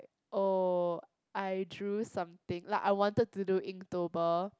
oh I drew something like I wanted to do Inktober